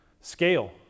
Scale